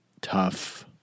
tough